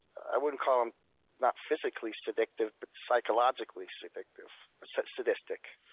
i wouldn't call him not physically sadictive, but psychotically sadictive, sadistic.